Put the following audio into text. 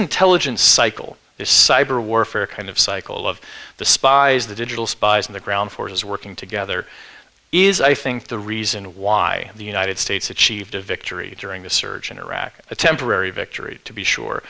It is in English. intelligence cycle this cyber warfare kind of cycle of the spies the digital spies on the ground forces working together is i think the reason why the united states achieved a victory during the surge in iraq a temporary victory to be sure